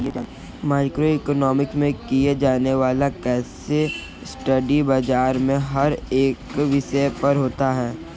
micro economics में किया जाने वाला केस स्टडी बाजार के हर एक विषय पर होता है